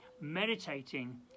meditating